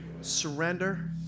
surrender